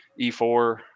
E4